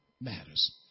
matters